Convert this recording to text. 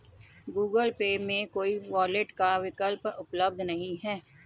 Google Pay में कोई wallet का विकल्प उपलब्ध नहीं है